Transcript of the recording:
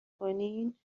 کنین